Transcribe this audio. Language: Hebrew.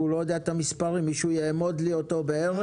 אני לא יודע את המספרים, מישהו יאמוד אותם בערך?